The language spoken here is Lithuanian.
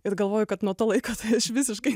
ir galvoju kad nuo to laiko aš visiškai